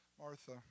Martha